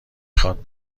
خواد